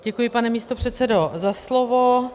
Děkuji, pane místopředsedo, za slovo.